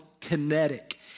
Kinetic